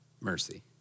mercy